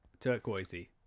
turquoisey